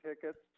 tickets